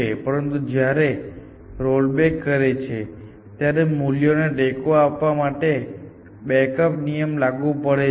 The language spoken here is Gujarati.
પરંતુ જ્યારે રોલબેક કરે છે ત્યારે મૂલ્યોને ટેકો આપવા માટે તે બેક અપ નિયમ લાગુ પડે છે